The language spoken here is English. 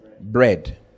bread